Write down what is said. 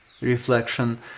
reflection